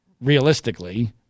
realistically